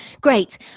great